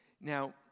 Now